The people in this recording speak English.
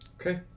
Okay